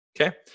okay